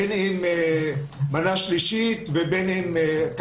בין אם מנה שלישית ובין אם מנה רביעית,